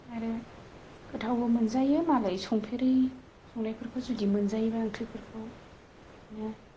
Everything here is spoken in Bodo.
आरो गोथावबो मोनजायो मालाय संफेरै संनायफोरखौ जुदि मोनजायोबा ओंख्रिफोरखौ बिदिनो